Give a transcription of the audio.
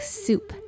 soup